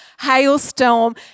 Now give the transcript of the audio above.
hailstorm